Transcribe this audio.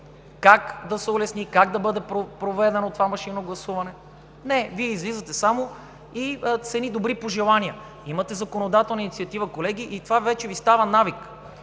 как да се улесни, как да бъде проведено това машинно гласуване? Не, Вие излизате само с едни добри пожелания – имате законодателна инициатива, колеги, и това вече Ви става навик